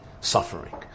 suffering